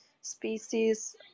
species